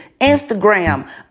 Instagram